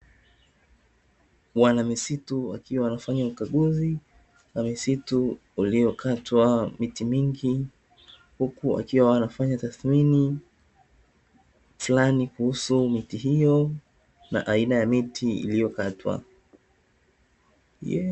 Wanamisitu, wakiwa wanafanya ukaguzi wa misitu iliyokatwa miti mingi, huku wakiwa wanafanya tathimini fulani kuhusu miti hiyo na aina ya miti iliyokatwa.